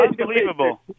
Unbelievable